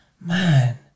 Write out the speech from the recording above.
man